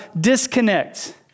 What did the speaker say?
disconnect